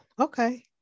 Okay